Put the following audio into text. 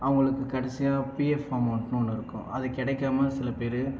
அவங்களுக்கு கடைசியா PF form ஒன்று இருக்கும் அது கிடைக்கம சில பேர்